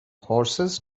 horses